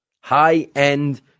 High-end